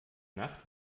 nacht